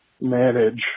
manage